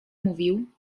mówił